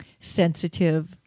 sensitive